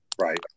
Right